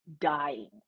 dying